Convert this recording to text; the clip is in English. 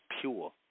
pure